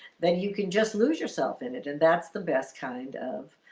then you can just lose yourself in it. and that's the best kind of